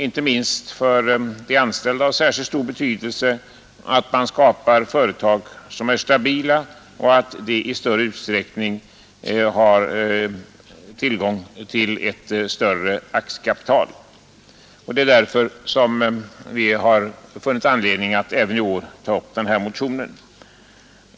Inte minst för de anställda är det av stor betydelse att man skapar stabila företag som i större utsträckning än nu har tillgång till aktiekapital. Det är därför som vi funnit anledning att även i år väcka denna motion.